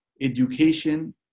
Education